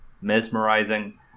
mesmerizing